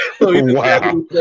Wow